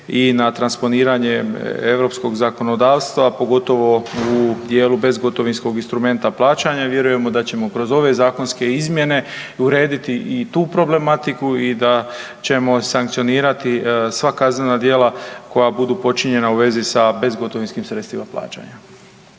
i na transponiranje europskog zakonodavstva, pogotovo u dijelu bezgotovinskog instrumenta plaćanja, vjerujemo da ćemo kroz ove zakonske izmjene urediti i tu problematiku i da ćemo sankcionirati sva kaznena djela koja budu počinjena u vezi sa bezgotovinskim sredstvima plaćanja.